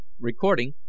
Recording